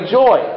joy